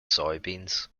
soybeans